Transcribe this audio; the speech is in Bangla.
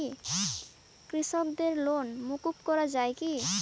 কৃষকদের লোন মুকুব করা হয় কি?